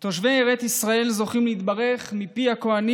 תושבי ארץ ישראל זוכים להתברך מפי הכוהנים